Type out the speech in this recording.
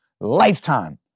lifetime